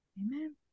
Amen